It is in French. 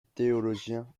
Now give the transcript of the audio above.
théologien